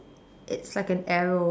it's like an arrow